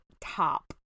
top